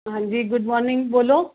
हाँ जी good morning बोलो